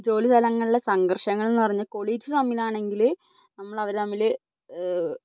ജോലി സ്ഥലങ്ങളിലെ സംഘർഷങ്ങൾ എന്നു പറഞ്ഞാൽ കൊളീഗ്സ് തമ്മിലാണെങ്കിൽ നമ്മൾ അവർ തമ്മിൽ